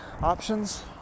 options